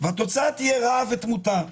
והתוצאה תהיה רעב ותמותה.